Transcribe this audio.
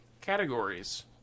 categories